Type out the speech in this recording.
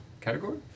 Category